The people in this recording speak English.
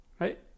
right